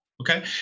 Okay